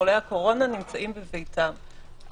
חולי הקורונה, נמצאים בביתם.